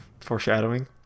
Foreshadowing